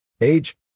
age